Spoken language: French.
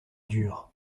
dures